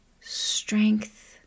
strength